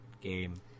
game